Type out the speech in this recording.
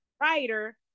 writer